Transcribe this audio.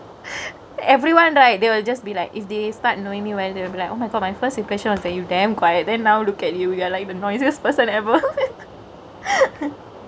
everyone right they will just be like if they start knowingk me well they'll be like oh my god my first impression is that you damn quiet then now look at you you are like the noisiest person ever